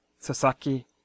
Sasaki